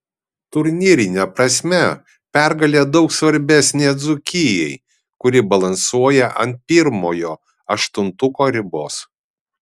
turnyrine prasme pergalė daug svarbesnė dzūkijai kuri balansuoja ant pirmojo aštuntuko ribos